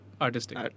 artistic